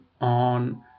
on